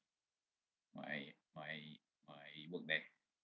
my my my work there